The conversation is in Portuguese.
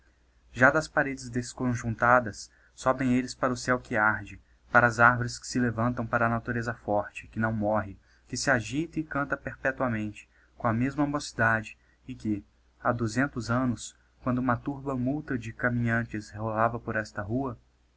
já das paredes desconjunctadas sobem elles para o céu que arde para as arvores que se levantam para a natureza forte que não morre que se agita e canta perpetuamente com a mesma mocidade e que ha duzentos annos quando uma turba multa de caminhantes rolava por esta rua